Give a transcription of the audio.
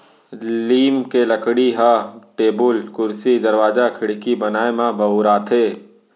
लीम के लकड़ी ह टेबुल, कुरसी, दरवाजा, खिड़की बनाए म बउराथे